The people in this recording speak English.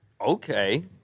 Okay